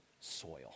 soil